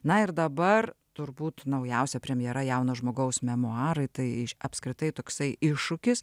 na ir dabar turbūt naujausia premjera jauno žmogaus memuarai tai apskritai toksai iššūkis